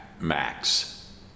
Max